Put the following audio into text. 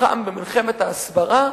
שנלחם במלחמת ההסברה,